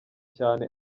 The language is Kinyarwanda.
cyane